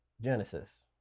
Genesis